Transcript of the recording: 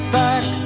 back